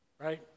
right